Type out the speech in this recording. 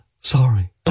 Sorry